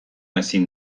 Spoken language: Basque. ezin